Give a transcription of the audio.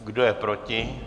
Kdo je proti?